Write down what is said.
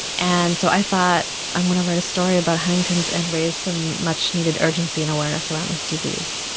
and so i thought i'm going to write a story about huntington's and raise some much-needed urgency and awareness around this disease.